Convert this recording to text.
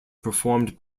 performed